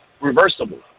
Reversible